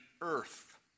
earth